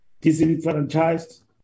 disenfranchised